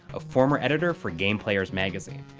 a former editor for game player's magazine.